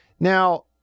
Now